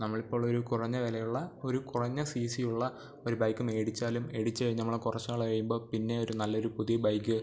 നമ്മൾ ഇപ്പോൾ ഒരു കുറഞ്ഞ വിലയുള്ള ഒരു കുറഞ്ഞ സി സി ഉള്ള ഒരു ബൈക്ക് മേടിച്ചാലും മേടിച്ച് കഴിഞ്ഞ് നമ്മൾ കുറച്ച് നാൾ കഴിയുമ്പം പിന്നെ ഒരു നല്ലൊരു പുതിയ ബൈക്ക്